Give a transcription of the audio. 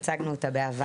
הצגנו אותה בעבר.